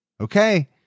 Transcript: okay